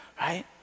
right